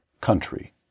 country